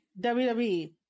WWE